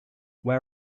where